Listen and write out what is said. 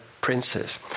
princes